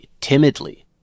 timidly